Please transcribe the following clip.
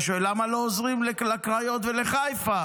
אתה שואל: למה לא עוזרים לקריות ולחיפה?